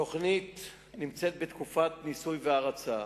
התוכנית נמצאת בתקופת ניסוי והרצה,